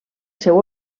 seu